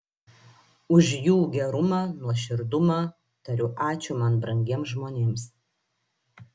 už jų gerumą nuoširdumą tariu ačiū man brangiems žmonėms